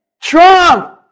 Trump